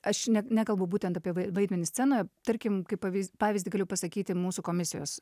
aš net nekalbu būtent apie vaid vaidmenį scenoje tarkim kaip pavyz pavyzdį galiu pasakyti mūsų komisijos